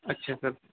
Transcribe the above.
अच्छा सर